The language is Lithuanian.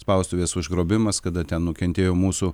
spaustuvės užgrobimas kada ten nukentėjo mūsų